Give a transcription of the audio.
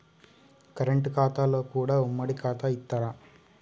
Current ఖాతాలో కూడా ఉమ్మడి ఖాతా ఇత్తరా?